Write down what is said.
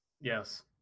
Yes